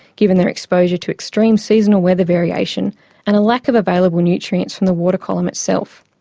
given their exposure to extreme seasonal weather variation and a lack of available nutrients from the water column itself.